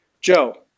Joe